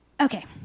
Okay